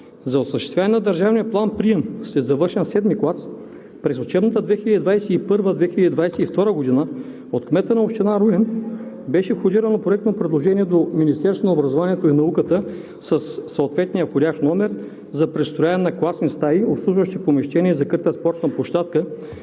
За осъществяване на държавния план-прием след завършен 7 клас през учебната 2021/2022 г. от кмета на община Руен беше входирано проектно предложение до Министерството на образованието и науката със съответния входящ номер за пристрояване на класни стаи, обслужващи помещения и закрита спортна площадка,